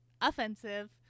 offensive